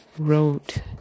wrote